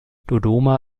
dodoma